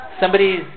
Somebody's